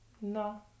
no